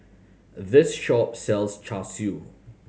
this shop sells Char Siu